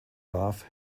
love